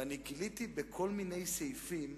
וגיליתי בכל מיני סעיפים,